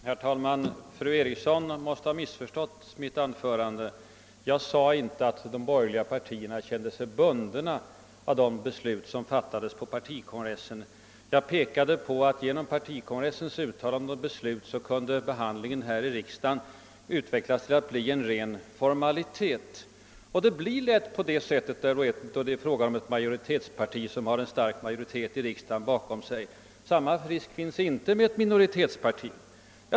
Herr talman! Fru Eriksson i Stockholm måste ha missförstått mitt anförande. Jag sade inte att de borgerliga partierna >kände sig bundna» av de beslut som fattades på partikongressen. Jag påpekade att på grund av partikongressens uttalanden och beslut kunde behandlingen här i riksdagen utvecklas till att bli en ren formalitet. Det blir lätt på det sättet då det är fråga om ett parti som har en stark majoritet i riksdagen bakom sig. Samma risk finns inte inom ett minoritetsparti.